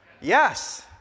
Yes